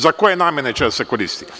Za koje namene će se koristiti?